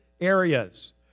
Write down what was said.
areas